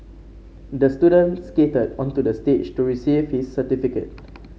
the student skated onto the stage to receive his certificate